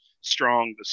strong